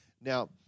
Now